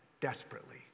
desperately